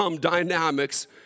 dynamics